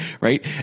right